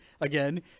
again